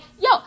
yo